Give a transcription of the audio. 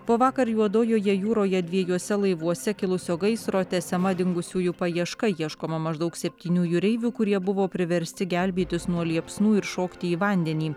po vakar juodojoje jūroje dviejuose laivuose kilusio gaisro tęsiama dingusiųjų paieška ieškoma maždaug septynių jūreivių kurie buvo priversti gelbėtis nuo liepsnų ir šokti į vandenį